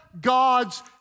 God's